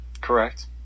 Correct